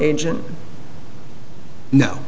agent no